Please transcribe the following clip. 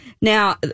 Now